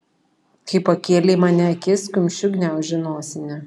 kai pakėlė į mane akis kumščiu gniaužė nosinę